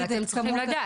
אתם צריכים לדעת.